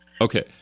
Okay